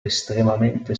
estremamente